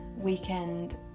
weekend